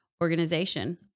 organization